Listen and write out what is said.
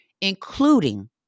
including